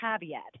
caveat